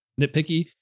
nitpicky